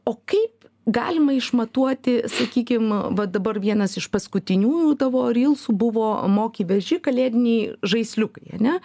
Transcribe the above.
o kaip galima išmatuoti sakykim vat dabar vienas iš paskutiniųjų tavo rylsų buvo moki veži kalėdiniai žaisliukai ane